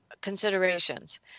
considerations